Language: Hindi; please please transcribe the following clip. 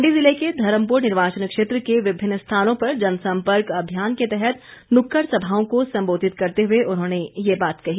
मण्डी जिले के धर्मपुर निर्वाचन क्षेत्र के विभिन्न स्थानों पर जनसंपर्क अभियान के तहत नुक्कड़ सभाओं को सम्बोधित करते हए उन्होंने ये बात कही